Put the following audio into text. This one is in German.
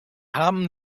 haben